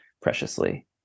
preciously